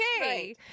okay